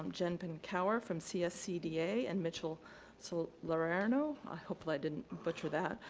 um jon penkower from cscda and mitchell so like salerno, i hopefully i didn't butcher that,